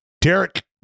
Derek